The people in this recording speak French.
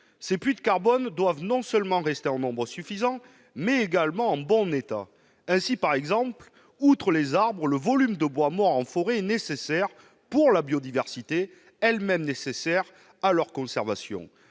ces puits de carbone doivent être non seulement en nombre suffisant, mais également en bon état. Ainsi, outre les arbres, le volume de bois mort en forêt est nécessaire pour la biodiversité, elle-même nécessaire à leur conservation.